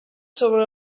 sobre